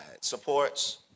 supports